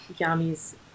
Yami's